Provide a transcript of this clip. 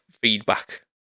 feedback